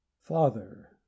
FATHER